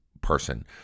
person